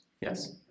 Yes